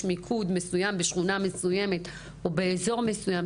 מיקוד מסוים בשכונה מסוימת או באזור מסוים,